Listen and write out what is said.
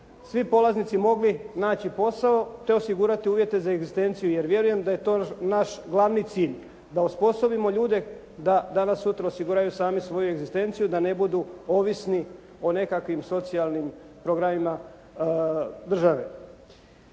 svi polaznici mogli naći posao, te osigurati uvjete za egzistenciju. Jer vjerujem da je to naš glavni cilj da osposobimo ljude da danas sutra sami osiguraju svoju egzistenciju, da ne budu ovisni o nekakvim socijalnim programima države.